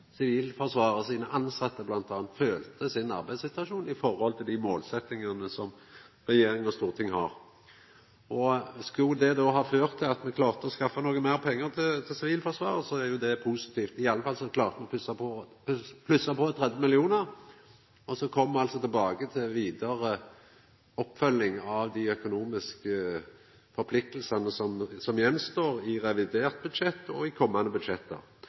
Sivilforsvaret sine tilsette bl.a. følte sin arbeidssituasjon ut frå dei målsetjingane som regjering og storting har. Skulle dette då ha ført til at me klarte å skaffa noko meir pengar til Sivilforsvaret, er jo det positivt. I alle fall klarte me å plussa på 30 mill. kr. Så kjem me altså tilbake til vidare oppfølging av dei økonomiske forpliktingane som står igjen, i revidert budsjett og i